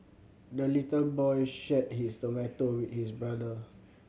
the little boy shared his tomato with his brother